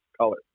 color